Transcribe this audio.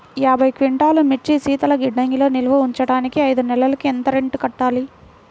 యాభై క్వింటాల్లు మిర్చి శీతల గిడ్డంగిలో నిల్వ ఉంచటానికి ఐదు నెలలకి ఎంత రెంట్ కట్టాలి?